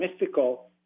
mystical